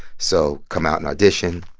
so come out and audition.